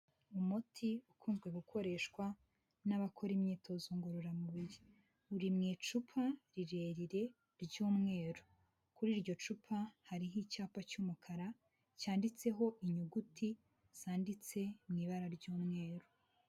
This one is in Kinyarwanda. Umuti ukunda gukoreshwa n'abakora imyitozo ngororamubiri uri mu icupa rirerire ry'umweru kuri iryo cupa hariho icyapa cy'umukara cyanditseho inyuguti zanditse mu ibara ry'umweru.